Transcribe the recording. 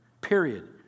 period